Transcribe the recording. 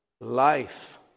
Life